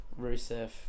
Rusev